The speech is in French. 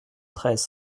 treize